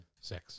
six